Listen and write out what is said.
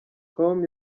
com